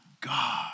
God